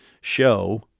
show